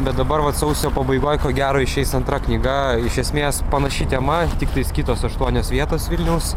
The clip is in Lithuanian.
bet dabar vat sausio pabaigoj ko gero išeis antra knyga iš esmės panaši tema tiktai kitos aštuonios vietos vilniaus